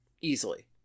Easily